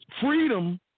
freedom